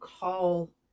call